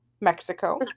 Mexico